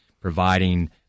providing